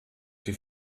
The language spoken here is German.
die